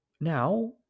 Now